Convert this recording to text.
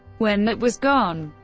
when that was gone,